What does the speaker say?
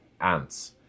ants